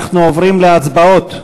אנחנו עוברים להצבעות.